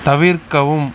தவிர்க்கவும்